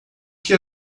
que